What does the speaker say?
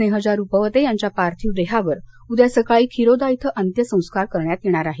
स्नेहजा रुपवते यांच्या पार्थिव देहावर उद्या सकाळी खिरोदा इथं अंत्यसंस्कार करण्यात येणार आहेत